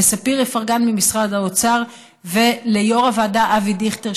לספיר איפרגן ממשרד האוצר וליו"ר הוועדה אבי דיכטר,